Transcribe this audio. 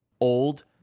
old